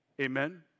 Amen